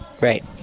Right